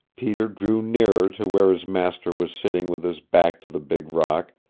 peter drew nearer to where his master was sitting with his back to the big rock,